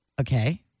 okay